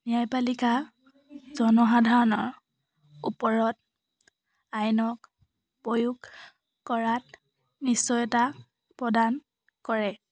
ন্যায়পালিকা জনসাধাৰণৰ ওপৰত আইনক প্ৰয়োগ কৰাত নিশ্চয়তা প্ৰদান কৰে